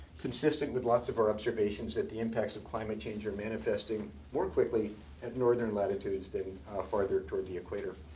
consistent with lots of our observations that the impacts of climate change are manifesting more quickly at northern latitudes than farther toward the equator.